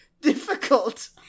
difficult